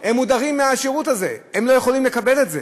הם מודרים מהשירות הזה, הם לא יכולים לקבל את זה,